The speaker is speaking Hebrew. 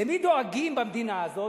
למי דואגים במדינה הזאת?